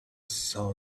saw